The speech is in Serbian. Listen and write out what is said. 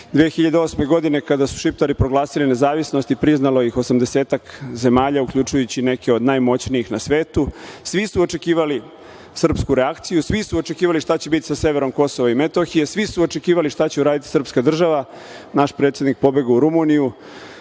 2008. godine kada su Šiptari proglasili nezavisnost i priznalo ih osamdesetak zemalja, uključujući i neke od najmoćnijih na svetu, svi su očekivali srpsku reakciju, svi su očekivali šta će biti sa severom KiM, svi su očekivali šta će uraditi srpska država. Naš predsednik pobegao u Rumuniju,